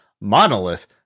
monolith